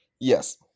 Yes